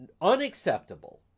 unacceptable